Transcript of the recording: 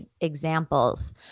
examples